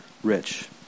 Rich